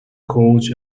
coach